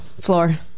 floor